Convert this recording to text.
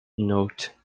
note